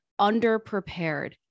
underprepared